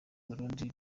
burundi